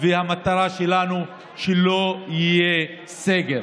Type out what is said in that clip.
והמטרה שלנו היא שלא יהיה סגר,